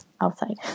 outside